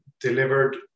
delivered